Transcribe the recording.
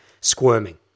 squirming